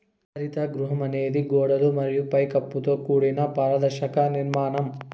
హరిత గృహం అనేది గోడలు మరియు పై కప్పుతో కూడిన పారదర్శక నిర్మాణం